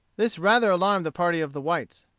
this rather alarmed the party of the whites.